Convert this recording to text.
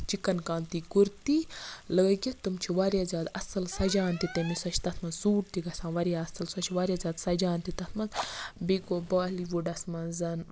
تٔمۍ چِکن طچحیچکعنظ کانتی کُرتی لٲگِتھ تٔمۍ چھِ واریاہ زیادٕ اَصٕل سَجھان تہِ تٔمِس سۄ چھِ تَتھ منٛز سوٗٹ تہِ گژھان واریاہ اَصٕل سۄ چھِ واریاہ زیادٕ سَجھان تہِ تَتھ منٛز بیٚیہِ گوٚو بالی وُڈَس منٛز